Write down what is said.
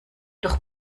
doch